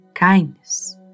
kindness